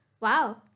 Wow